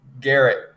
Garrett